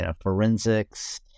forensics